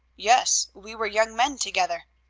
yes. we were young men together.